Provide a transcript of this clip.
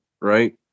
right